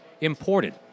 imported